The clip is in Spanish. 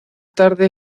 tarde